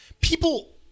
People